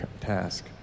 task